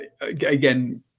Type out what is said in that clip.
again